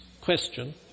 question